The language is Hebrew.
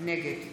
נגד